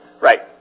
Right